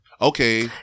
Okay